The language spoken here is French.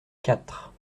quatre